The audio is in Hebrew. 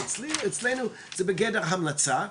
ואצלנו זה בגדר המלצה,